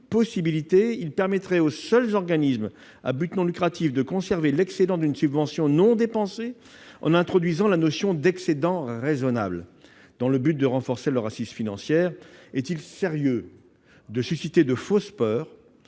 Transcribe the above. possibilité : il permettrait aux seuls organismes à but non lucratif de conserver l'excédent d'une subvention non dépensé en introduisant la notion d'excédent raisonnable, afin de renforcer leur assise financière. Est-il sérieux de susciter de fausses peurs